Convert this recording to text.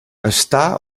està